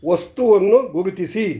ವಸ್ತುವನ್ನು ಗುರುತಿಸಿ